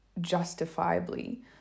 justifiably